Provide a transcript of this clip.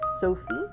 Sophie